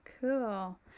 cool